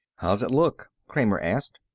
how's it look? kramer asked.